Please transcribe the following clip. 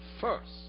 first